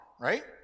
right